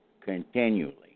continually